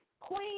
queen